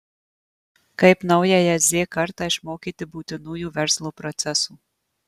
kaip naująją z kartą išmokyti būtinųjų verslo procesų